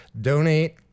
donate